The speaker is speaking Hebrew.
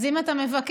אז אם אתה מבקש,